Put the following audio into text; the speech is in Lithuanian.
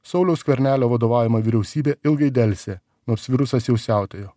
sauliaus skvernelio vadovaujama vyriausybė ilgai delsė nors virusas jau siautėjo